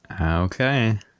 Okay